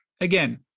again